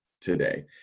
today